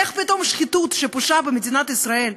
איך פתאום שחיתות שפושה במדינת ישראל,